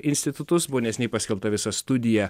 institutus buvo neseniai paskelbta visa studija